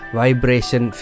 vibration